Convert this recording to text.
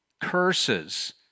curses